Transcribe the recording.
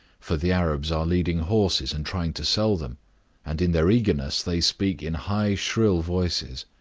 for the arabs are leading horses and trying to sell them and, in their eagerness, they speak in high, shrill voices.